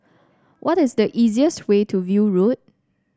what is the easiest way to View Road